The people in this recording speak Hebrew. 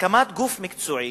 הקמת גוף מקצועי